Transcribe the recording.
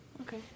Okay